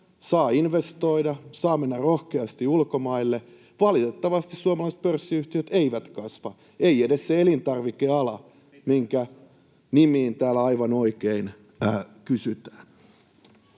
saa investoida, saa mennä rohkeasti ulkomaille. Valitettavasti suomalaiset pörssiyhtiöt eivät kasva. [Sami Savion välihuuto] Ei edes se elintarvikeala, minkä nimiin täällä aivan oikein kysytään.